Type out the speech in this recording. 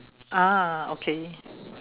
ah okay